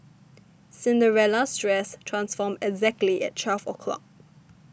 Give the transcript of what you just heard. Cinderella's dress transformed exactly at twelve o' clock